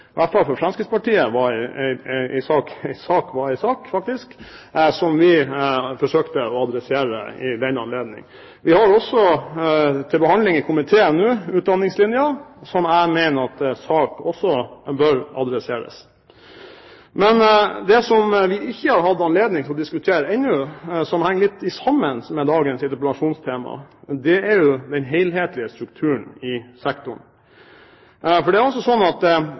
hvert fall for Fremskrittspartiet, faktisk var en sak, som vi forsøkte å adressere i den anledning. Vi har også til behandling i komiteen nå Utdanningslinja, som jeg mener at SAK også bør adresseres. Men det som vi ikke har hatt anledning til å diskutere ennå, som henger litt sammen med dagens interpellasjonstema, er den helhetlige strukturen i sektoren. For det er altså slik at